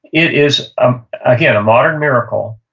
it is, ah again, a modern miracle,